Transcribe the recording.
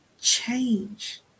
change